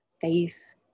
faith